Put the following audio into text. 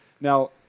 Now